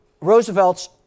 Roosevelt's